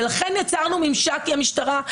ולכן יצרנו ממשק עם המשטרה,